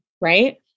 right